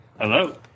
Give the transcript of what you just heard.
Hello